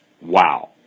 Wow